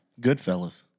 Goodfellas